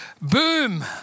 Boom